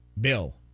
bill